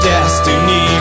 Destiny